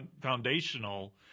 foundational